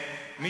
אל תפריעי לי.